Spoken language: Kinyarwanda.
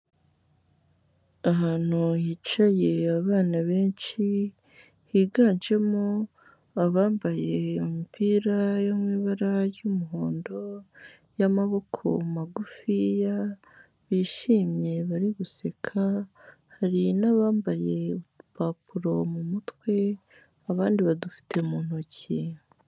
Ahantu hicaye abana benshi, higanjemo abambaye imipira y'amabara y'umuhondo, y'amaboko magufi, bishimye bari guseka, hari n'abambaye udupapuro mu mutwe, abandi badufite mu ntoki.